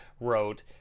wrote